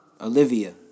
Olivia